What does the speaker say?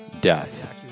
death